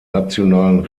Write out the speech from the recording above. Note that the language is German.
nationalen